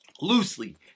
loosely